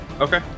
Okay